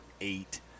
eight